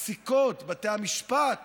הפסיקות, בתי המשפט